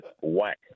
whack